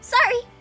Sorry